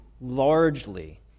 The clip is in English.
largely